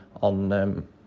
on